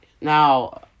Now